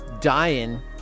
dying